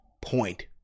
Point